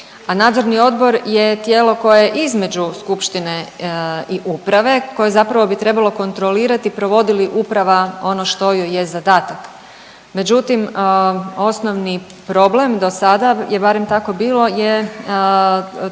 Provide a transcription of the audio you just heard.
nadzorni odbor je tijelo koje između skupštine i uprave koje zapravo bi trebalo kontrolirati provodi li uprava ono što joj je zadatak. Međutim, osnovni problem do sada je barem tako bilo je to